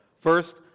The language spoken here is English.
First